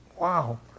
Wow